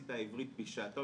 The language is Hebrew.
באוניברסיטה העברית בשעתו,